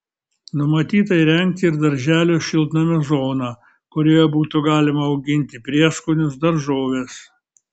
numatyta įrengti ir darželio šiltnamio zoną kurioje būtų galima auginti prieskonius daržoves